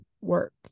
work